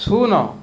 ଶୂନ